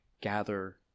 gather